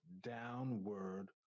downward